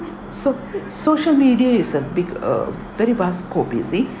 so social media is a big uh very vast scope you see